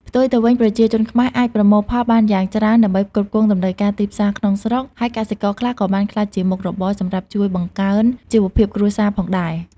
ផ្ទុយទៅវិញ ប្រជាជនខ្មែរអាចប្រមូលផលបានយ៉ាងច្រើនដើម្បីផ្គត់ផ្គង់តម្រូវការទីផ្សារក្នុងស្រុក ហើយកសិករខ្លះក៏បានក្លាយជាមុខរបរសម្រាប់ជួយបង្កើនជីវភាពគ្រួសារផងដែរ។